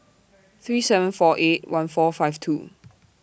three seven four eight one four five two